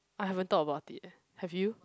I haven't thought about it eh have you